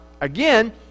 again